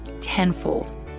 tenfold